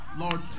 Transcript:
Lord